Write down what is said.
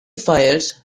fires